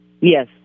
Yes